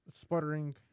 sputtering